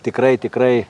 tikrai tikrai